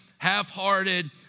half-hearted